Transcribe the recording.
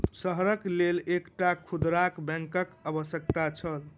शहरक लेल एकटा खुदरा बैंकक आवश्यकता छल